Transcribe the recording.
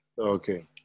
Okay